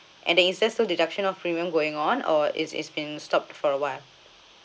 and then is still this deduction of premium going on or is is been stop for awhile